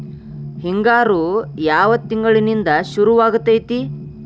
ಹಿಂಗಾರು ಯಾವ ತಿಂಗಳಿನಿಂದ ಶುರುವಾಗತೈತಿ?